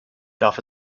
darf